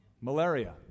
malaria